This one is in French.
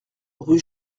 rue